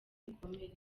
ibikomere